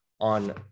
on